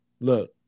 look